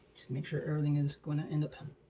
make sure everything is gonna end up